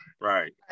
Right